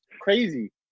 crazy